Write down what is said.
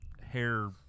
hair